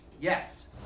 Yes